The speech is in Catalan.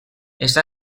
està